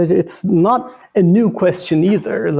it's not a new question either.